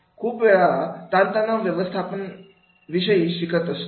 खूप वेळा तान तनाव व्यवस्थापना विषयी शिकत असतो